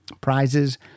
prizes